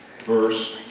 verse